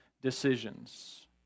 decisions